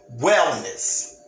wellness